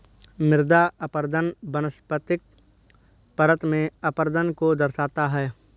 मृदा अपरदन वनस्पतिक परत में अपरदन को दर्शाता है